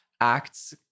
acts